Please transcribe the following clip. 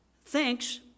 thinks